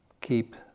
keep